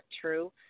true